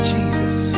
Jesus